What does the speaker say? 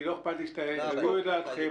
לא אכפת לי שתביעו את דעתכם,